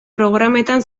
programetan